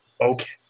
Okay